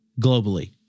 globally